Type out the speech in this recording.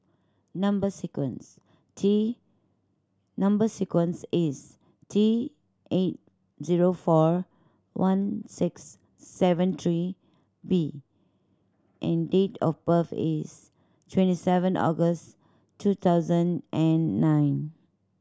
number sequence T number sequence is T eight zero four one six seven three B and date of birth is twenty seven August two thousand and nine